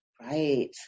right